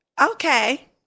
okay